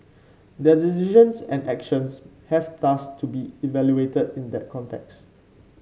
their decisions and actions have thus to be evaluated in that context